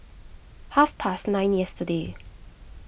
half past nine yesterday